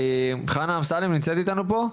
חנה אמסלם, בבקשה.